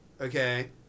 Okay